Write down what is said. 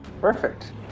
Perfect